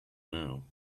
now